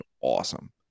awesome